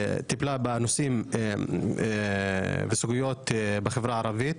טיפלה בסוגיות בחברה הערבית.